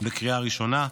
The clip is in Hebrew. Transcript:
בקריאה הראשונה.